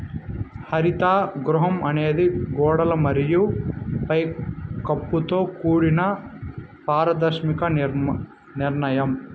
హరిత గృహం అనేది గోడలు మరియు పై కప్పుతో కూడిన పారదర్శక నిర్మాణం